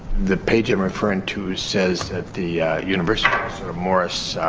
the page i'm referring to says that the university of minnesota-morris